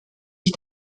ich